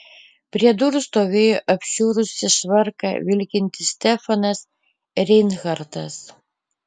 prie durų stovėjo apšiurusį švarką vilkintis stefanas reinhartas